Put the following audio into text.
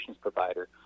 provider